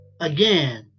again